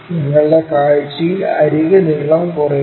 നിങ്ങളുടെ കാഴ്ചയിൽ അരിക് നീളം കുറയുന്നു